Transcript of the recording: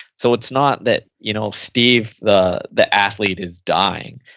so, it's not that you know steve the the athlete is dying.